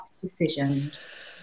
decisions